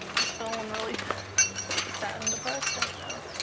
just feeling really sad and depressed right now.